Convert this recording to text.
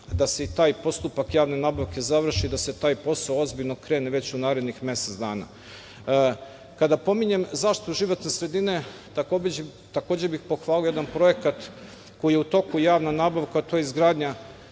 da se i taj postupak javne nabavke završi i da se taj posao ozbiljno krene u narednih mesec dana. Kada pominjem zaštitu životne sredine, takođe bih pohvalio jedan projekat koji je u toku, javna nabavka, a to je izgradnja